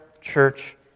church